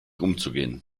umzugehen